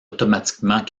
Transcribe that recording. automatiquement